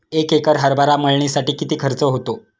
एक एकर हरभरा मळणीसाठी किती खर्च होतो?